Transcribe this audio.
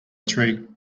tree